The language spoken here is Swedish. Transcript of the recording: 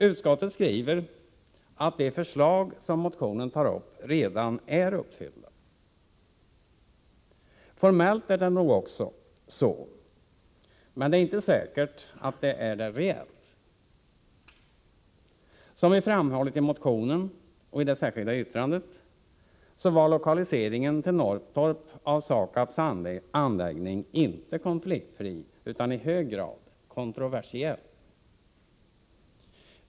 Utskottet skriver att de förslag som motionen tar upp redan är uppfyllda. Formellt är det nog också så, men det är inte helt säkert att kraven reellt sett är uppfyllda. Som vi framhåller i motionen och i det särskilda yttrandet var lokaliseringen till Norrtorp av SAKAB:s anläggning inte konfliktfri utan i hög grad kontroversiell.